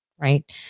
right